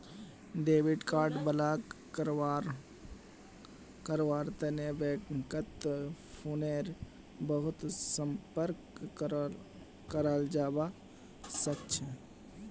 debit card block करव्वार तने बैंकत फोनेर बितु संपर्क कराल जाबा सखछे